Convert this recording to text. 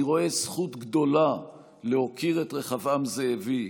אני רואה זכות גדולה להוקיר את רחבעם זאבי,